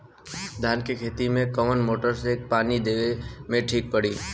धान के खेती मे कवन मोटर से पानी देवे मे ठीक पड़ी?